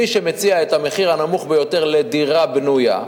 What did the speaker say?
מי שמציע את המחיר הנמוך ביותר לדירה בנויה,